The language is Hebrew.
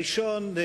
הראשון,